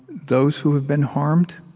those who have been harmed,